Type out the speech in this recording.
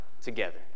together